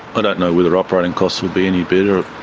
but don't know whether operating costs would be any better.